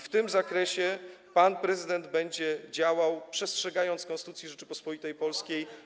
W tym zakresie pan prezydent będzie działał, przestrzegając Konstytucji Rzeczypospolitej Polskiej.